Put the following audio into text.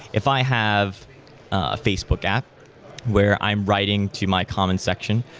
if i have a facebook app where i'm writing to my comment section,